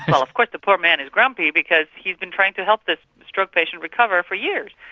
but of course the poor man is grumpy because he's been trying to help this stroke patients recover for years,